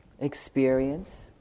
experience